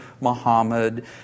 Muhammad